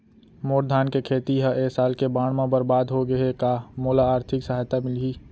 मोर धान के खेती ह ए साल के बाढ़ म बरबाद हो गे हे का मोला आर्थिक सहायता मिलही?